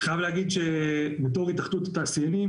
אני חייב להגיד שבתור התאחדות התעשיינים,